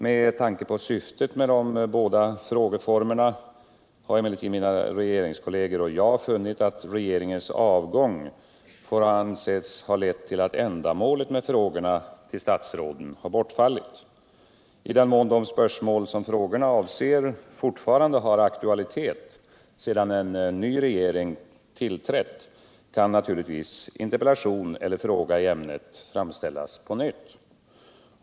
Med tanke på syftet med de båda frågeformerna har emellertid mina regeringskolleger och jag funnit att regeringens avgång får anses ha lett till att ändamålet med frågorna till statsråden har bortfallit. I den mån de spörsmål som frågorna avser fortfarande har aktualitet, sedan en ny regering tillträtt, kan naturligtvis interpellation eller fråga i ämnet framställas på nytt.